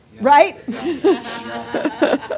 right